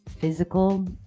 physical